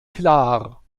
klar